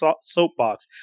soapbox